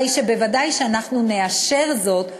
הרי ודאי שנאשר זאת,